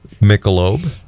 Michelob